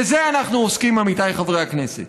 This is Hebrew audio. בזה אנחנו עוסקים, עמיתיי חברי הכנסת.